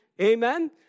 Amen